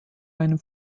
einem